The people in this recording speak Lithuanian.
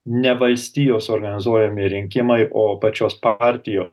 ne valstijos organizuojami rinkimai o pačios partijo